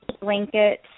blanket